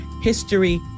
history